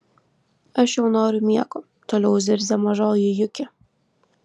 aš jau noriu miego toliau zirzė mažoji juki